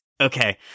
Okay